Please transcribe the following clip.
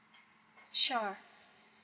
sure